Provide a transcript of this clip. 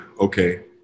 okay